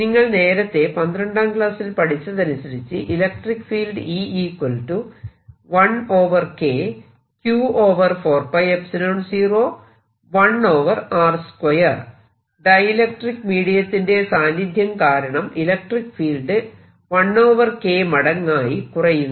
നിങ്ങൾ നേരത്തെ പന്ത്രണ്ടാം ക്ലാസ്സിൽ പഠിച്ചതനുസരിച്ച് ഇലക്ട്രിക്ക് ഫീൽഡ് ഡൈഇലക്ട്രിക്ക് മീഡിയത്തിന്റെ സാന്നിധ്യം കാരണം ഇലക്ട്രിക്ക് ഫീൽഡ് 1 K മടങ്ങായി കുറയുന്നു